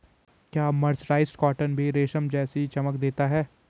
क्या mercerised cotton भी रेशम जैसी चमक देता है?